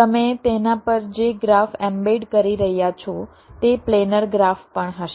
તમે તેના પર જે ગ્રાફ એમ્બેડ કરી રહ્યાં છો તે પ્લેનર ગ્રાફ પણ હશે